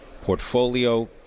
portfolio